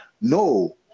no